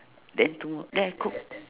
then to then I cook